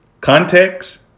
context